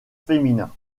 féminin